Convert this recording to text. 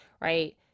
right